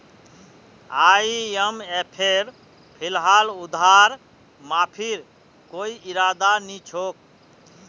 आईएमएफेर फिलहाल उधार माफीर कोई इरादा नी छोक